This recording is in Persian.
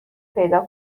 پیدا